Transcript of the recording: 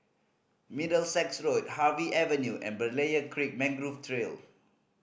Middlesex Road Harvey Avenue and Berlayer Creek Mangrove Trail